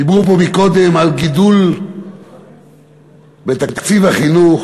דיברו פה קודם על גידול בתקציב החינוך.